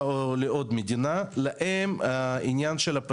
ממועמדים לעלייה